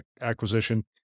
acquisition